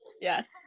Yes